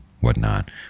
whatnot